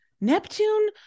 Neptune